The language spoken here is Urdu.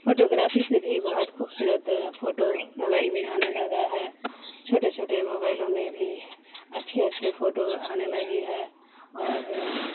فوٹوگرافی سے بھی بہت خوبصورت فوٹو موبائل میں آنے لگا ہے چھوٹے چھوٹے موبائلوں میں بھی اچھی اچھی فوٹو آنے لگی ہے اور